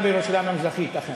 שלטון זר בירושלים המזרחית, אכן.